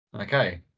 Okay